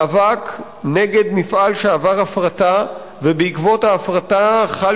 מאבק נגד מפעל שעבר הפרטה ובעקבות ההפרטה חל